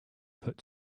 put